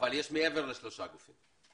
אבל יש מעבר לשלושה גופים.